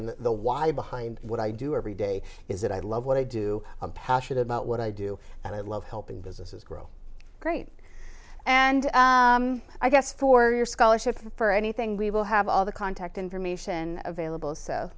and the why behind what i do every day is that i love what i do passionate about what i do and i love helping businesses grow great and i guess for your scholarship for anything we will have all the contact information available so